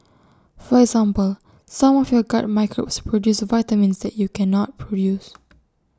for example some of your gut microbes produce vitamins that you cannot produce